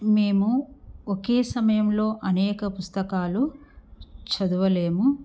మేము ఒకే సమయంలో అనేక పుస్తకాలు చదువలేము